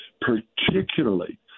particularly